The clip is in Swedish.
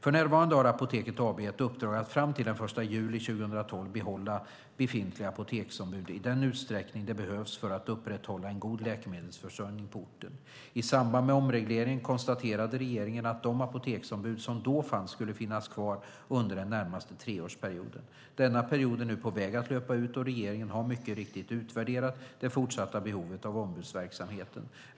För närvarande har Apoteket AB ett uppdrag att fram till den 1 juli 2012 behålla befintliga apoteksombud i den utsträckning det behövs för att upprätthålla en god läkemedelsförsörjning på orten. I samband med omregleringen konstaterade regeringen att de apoteksombud som då fanns skulle finnas kvar under den närmaste treårsperioden. Denna period är nu på väg att löpa ut, och regeringen har mycket riktigt utvärderat det fortsatta behovet av ombudsverksamheten.